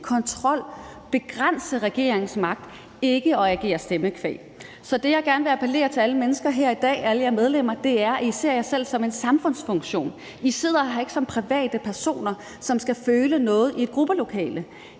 kontrol og begrænse regeringens magt – ikke at agere stemmekvæg. Så det, jeg gerne vil appellere til alle jer medlemmer om her i dag, er, at I ser jeg selv som en samfundsfunktion. I sidder her ikke som private personer, som skal føle noget i et gruppelokale.